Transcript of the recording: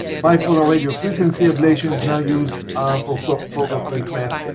bipolar radiofrequency ablation is now used for focal treatment.